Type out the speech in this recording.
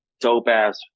dope-ass